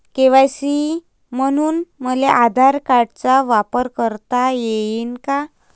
KYC म्हनून मले आधार कार्डाचा वापर करता येईन का?